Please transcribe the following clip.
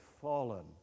fallen